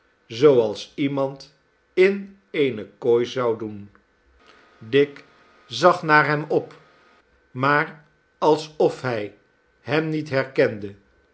zooals iemand in eene kooi zou doen dick zag naar hem op maar alsof hij hem niet herkende